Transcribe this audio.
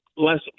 less